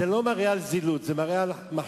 זה לא מראה על זילות, זה מראה על מחשבה,